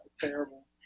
terrible